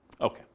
Okay